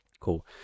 cool